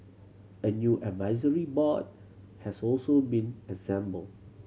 a new advisory board has also been assembled